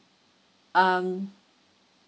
um